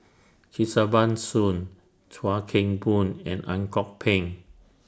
Kesavan Soon Chuan Keng Boon and Ang Kok Peng